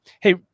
Hey